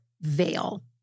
veil